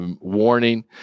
warning